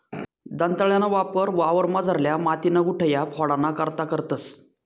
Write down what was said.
दंताळाना वापर वावरमझारल्या मातीन्या गुठया फोडाना करता करतंस